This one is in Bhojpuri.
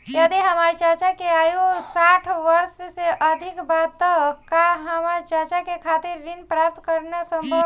यदि हमार चाचा के आयु साठ वर्ष से अधिक बा त का हमार चाचा के खातिर ऋण प्राप्त करना संभव बा?